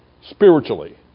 spiritually